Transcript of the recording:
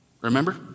Remember